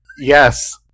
Yes